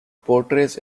portrays